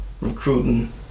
recruiting